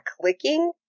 clicking